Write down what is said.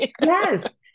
Yes